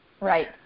Right